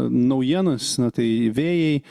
naujienas na tai vėjai